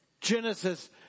Genesis